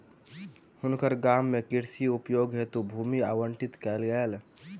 हुनकर गाम में कृषि उपयोग हेतु भूमि आवंटित कयल गेल